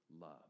love